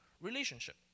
relationship